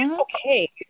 Okay